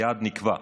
היעד נקבע,